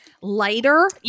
lighter